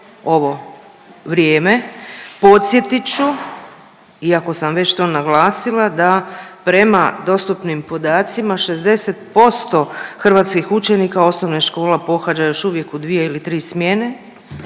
ovo vrijeme. Podsjetit ću, iako sam već to naglasila da prema dostupnim podacima, 60% hrvatskih učenika osnovnih škola pohađa još uvijek u 2 ili 3 smjene.